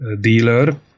dealer